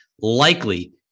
likely